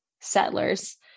settlers